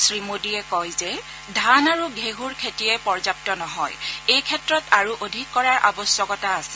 শ্ৰীমোদীয়ে কয় যে ধান আৰু ঘেঁহুৰ খেতিয়ে পৰ্যাপ্ত নহয় এইক্ষেত্ৰত আৰু অধিক কৰাৰ আবশ্যকতা আছে